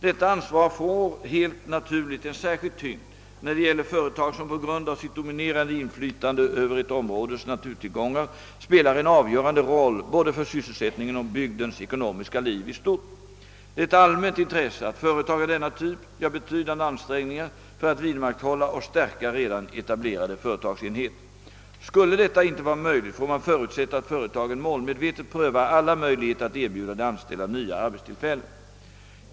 Detta ansvar får helt naturligt en särskild tyngd när det gäller företag, som på grund av sitt dominerande inflytande över ett områdes naturtillgångar spelar en avgörande roll både för sysselsättningen och för bygdens ekonomiska liv i stort. Det är ett allmänt intresse att företag av denna typ gör betydande ansträngningar för att vidmakthålla och stärka redan etablerade företagsenheter. Skulle detta inte vara möjligt, får man förutsätta att företagen målmedvetet prövar alla möjligheter att erbjuda de anställda nya arbetstillfällen.